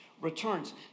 returns